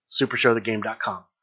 supershowthegame.com